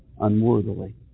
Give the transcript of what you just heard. unworthily